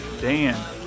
Dan